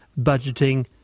budgeting